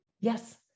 Yes